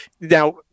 Now